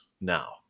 now